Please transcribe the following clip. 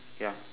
ya